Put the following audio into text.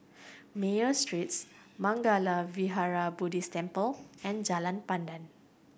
Mayo Street Mangala Vihara Buddhist Temple and Jalan Pandan